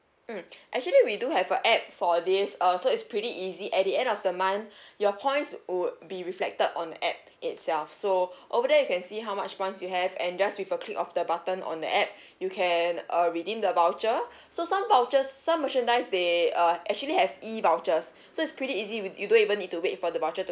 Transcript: mm actually we do have a app for this uh so it's pretty easy at the end of the month your points would be reflected on the app itself so over there you can see how much points you have and just with a click of the button on the app you can uh redeem the voucher so some vouchers some merchandise they uh actually have E vouchers so it's pretty easy with you don't even need to wait for the voucher to